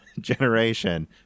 generation